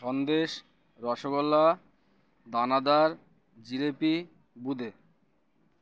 সন্দেশ রসগোল্লা দানাদার জিলিপি বোঁদে